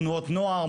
תנועות נוער,